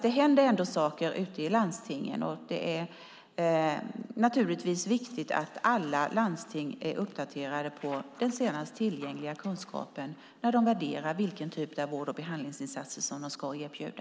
Det händer ändå saker ute i landstingen, och det är naturligtvis viktigt att alla landsting är uppdaterade när det gäller den senast tillgängliga kunskapen när de värderar vilken typ av vård och behandlingsinsatser de ska erbjuda.